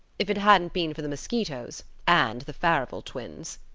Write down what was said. if it hadn't been for the mosquitoes and the farival twins.